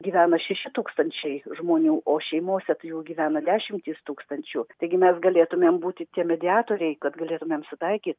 gyvena šeši tūkstančiai žmonių o šeimose tai jų gyvena dešimtys tūkstančių taigi mes galėtumėm būti tie mediatoriai kad galėtumėm sutaikyt